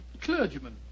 clergyman